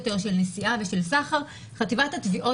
דרמטיים בהקשר הזה מבחינת חומרת הענישה,